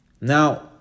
Now